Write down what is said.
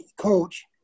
coach